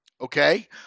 okay